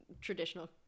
traditional